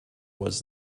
was